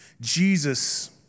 Jesus